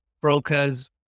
brokers